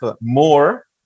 more